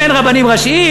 אם אין רבנים ראשיים,